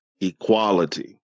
equality